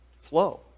flow